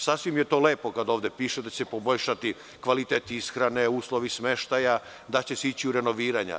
Sasvim je to lepo kada ovde piše da će se poboljšati kvalitet ishrane, uslovi smeštaja, da će se ići u renoviranja.